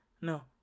No